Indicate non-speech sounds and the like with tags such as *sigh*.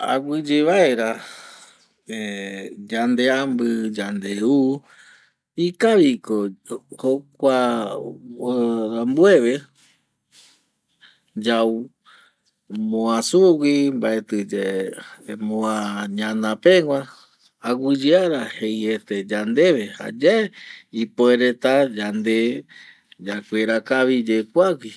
Aguɨye vaera *hesitation* yande ambɨ, yande u ikavi ko jokua *hesitation* rambueve yau moa sugui, mbaetɨ yae moa ñana pegua aguɨyeara jeiete yandeve jayae ipuereta yande yakuera kavi ye kuagui